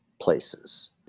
places